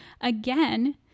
again